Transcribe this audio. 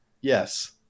Yes